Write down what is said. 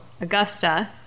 Augusta